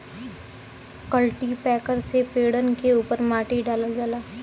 cultipacker से पेड़न के उपर माटी डालल जाला